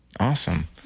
Awesome